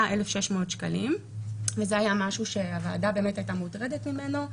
1,600 שקלים וזה היה משהו שהוועדה באמת הייתה מוטרדת ממנו,